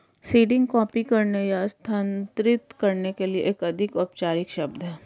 seeding copy करने या स्थानांतरित करने के लिए एक अधिक औपचारिक शब्द है